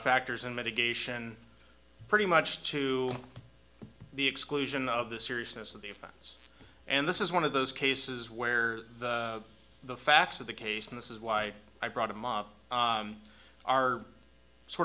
factors in mitigation pretty much to the exclusion of the seriousness of the offense and this is one of those cases where the facts of the case and this is why i brought him up are sort